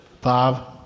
Bob